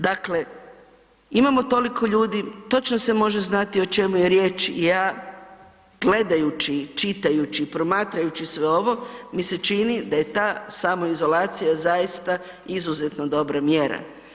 Dakle, imamo toliko ljudi točno se može znati o čemu je riječ i ja gledajući, čitajući, promatrajući sve ovo mi se čini da je ta samoizolacija zaista izuzetno dobra mjera.